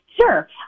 Sure